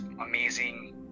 amazing